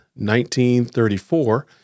1934